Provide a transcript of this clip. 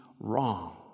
wrong